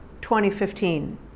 2015